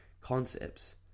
concepts